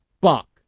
buck